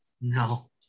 No